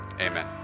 Amen